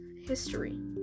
history